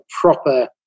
proper